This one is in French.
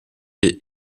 est